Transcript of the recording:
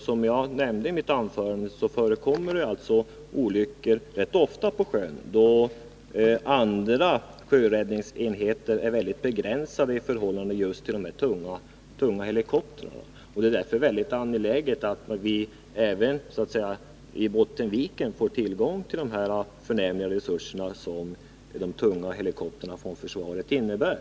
Som jag nämnde i mitt anförande förekommer det rätt ofta olyckor på sjön, och andra sjöräddningsenheter har väldigt begränsade möjligheter i förhållande till just de här tunga helikoptrarna. Det är därför mycket angeläget att vi även i Bottenviken dygnet runt får tillgång till de förnämliga resurser som de tunga helikoptrarna från försvaret innebär.